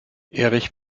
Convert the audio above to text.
erich